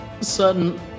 sudden